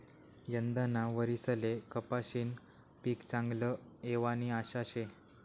यंदाना वरीसले कपाशीनं पीक चांगलं येवानी आशा शे